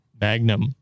Magnum